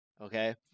Okay